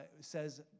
says